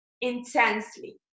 intensely